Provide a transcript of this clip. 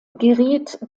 geriet